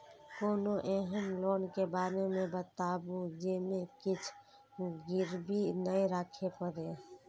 कोनो एहन लोन के बारे मे बताबु जे मे किछ गीरबी नय राखे परे?